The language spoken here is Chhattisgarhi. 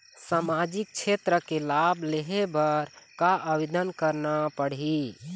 सामाजिक क्षेत्र के लाभ लेहे बर का आवेदन करना पड़ही?